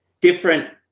different